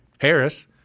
Harris